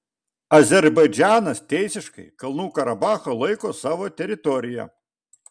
azerbaidžanas teisiškai kalnų karabachą laiko savo teritorija